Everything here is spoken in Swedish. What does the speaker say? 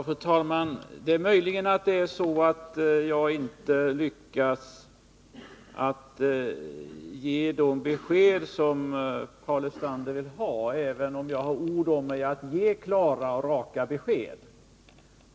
Fru talman! Det är möjligt att jag inte lyckats ge de besked som Paul Lestander vill ha, även om jag har ord om mig att ge klara och raka besked.